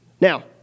Now